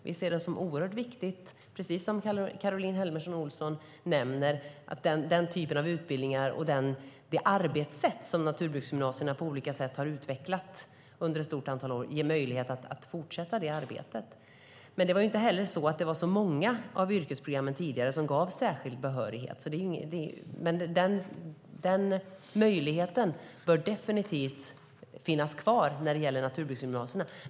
Vi ser det som oerhört viktigt att, precis som Caroline Helmersson Olsson säger, ge möjlighet att fortsätta med den typen av utbildningar och det arbetssätt som naturbruksgymnasierna har utvecklat under ett stort antal år. Det var inte så många av yrkesprogrammen tidigare som gav särskild behörighet, men den möjligheten bör definitivt finnas kvar när det gäller naturbruksgymnasierna.